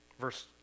Verse